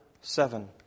seven